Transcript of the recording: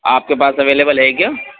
آپ کے پاس اویلیبل ہے کیا